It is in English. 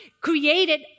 created